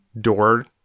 door